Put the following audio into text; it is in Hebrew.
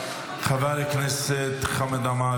חבר הכנסת חמד עמאר,